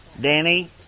Danny